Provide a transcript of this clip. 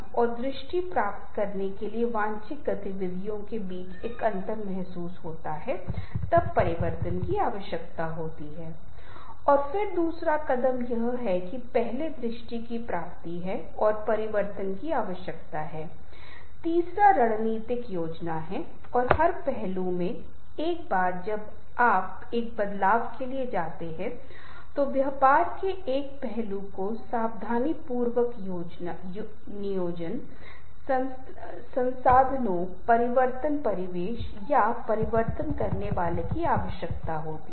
अगला कदम परिचितहोना है परिचिता का मतलब है एक दूसरे को जानना आप किसी को अपना नाम बता रहे हैं और उसका नाम पूछ रहे हैं और फिर यहाँ आता है ग्राउंड ब्रेकिंग इसका मतलब यह है की हम दुसरे इंसानसे उसकी पसंद की बातें कर रहे हैं मान लें कि किसी को क्रिकेट में दिलचस्पी है और आप क्रिकेट के बारे मे बात करना शुरू करते हैं तो किसी को सामाजिक समस्याओं में दिलचस्पी है अगर आप उसके साथ बात करना शुरू करते हैं